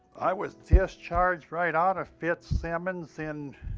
i was discharged right out of fitzsimons in,